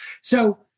So-